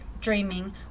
dreaming